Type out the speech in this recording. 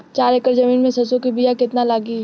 चार एकड़ जमीन में सरसों के बीया कितना लागी?